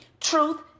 truth